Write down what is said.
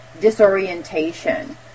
disorientation